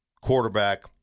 quarterback